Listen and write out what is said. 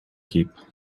keep